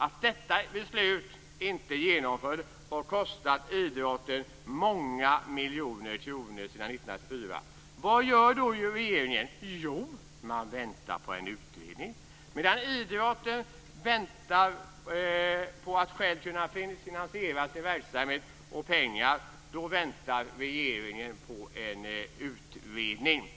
Att detta beslut inte genomfördes har kostat idrotten många miljoner kronor sedan 1984. Vad gör då regeringen? Jo, man väntar på en utredning. Medan idrotten väntar på att själv kunna finansiera sin verksamhet och på pengar väntar regeringen på en utredning.